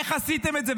איך עשיתם את זה?